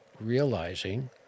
realizing